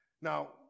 Now